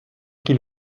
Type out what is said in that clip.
qu’il